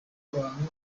abantu